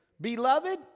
Beloved